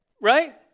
Right